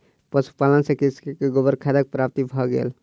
पशुपालन सॅ कृषक के गोबर खादक प्राप्ति भ गेल